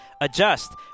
adjust